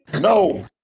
No